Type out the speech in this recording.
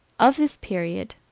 of this period,